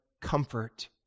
comfort